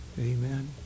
amen